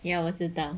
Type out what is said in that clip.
ya 我知道